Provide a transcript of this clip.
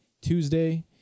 Tuesday